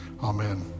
Amen